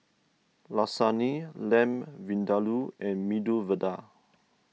Lasagne Lamb Vindaloo and Medu Vada